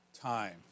time